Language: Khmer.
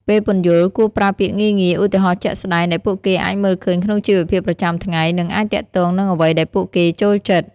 ពេលពន្យល់ គួរប្រើពាក្យងាយៗ ឧទាហរណ៍ជាក់ស្តែងដែលពួកគេអាចមើលឃើញក្នុងជីវភាពប្រចាំថ្ងៃ និងអាចទាក់ទងនឹងអ្វីដែលពួកគេចូលចិត្ត។